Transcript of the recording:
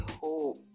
hope